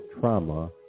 trauma